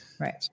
Right